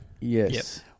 Yes